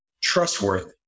trustworthy